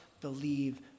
believe